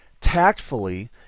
tactfully